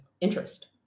interest